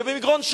ובמגרון,